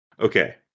Okay